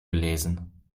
gelesen